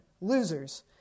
losers